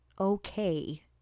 okay